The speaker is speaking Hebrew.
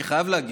אני חייב להגיב.